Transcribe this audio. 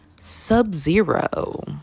Sub-Zero